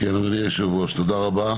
תודה רבה.